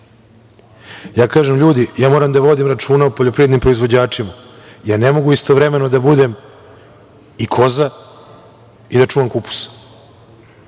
Kažem, ljudi, moram da vodim računa o poljoprivrednim proizvođačima. Ne mogu istovremeno da budem i koza i da čuvam kupus.